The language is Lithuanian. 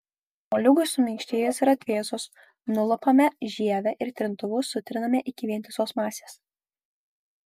moliūgui suminkštėjus ir atvėsus nulupame žievę ir trintuvu sutriname iki vientisos masės